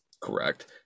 Correct